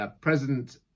President